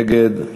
נגד.